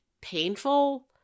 painful